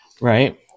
Right